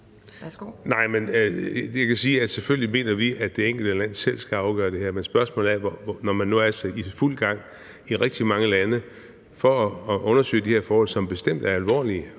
selvfølgelig mener vi, at det enkelte land selv skal afgøre det her, også når man nu er i fuld gang i rigtig mange lande med at undersøge de her forhold, som bestemt er alvorlige.